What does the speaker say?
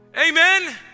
Amen